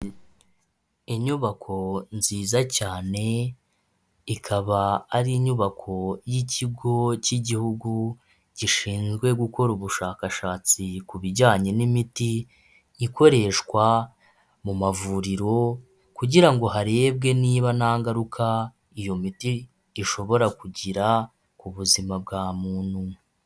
Inyubako nziza cyane ikaba ari inyubako y'ikigo k'igihugu gishinzwe gukora ubushakashatsi ku bijyanye n'imiti, ikoreshwa mu mavuriro kugira ngo harebwe niba nta ngaruka iyo miti ishobora kugira ku buzima bwa muntu.